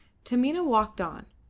taminah walked on,